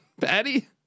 patty